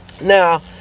Now